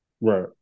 Right